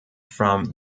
from